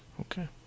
Okay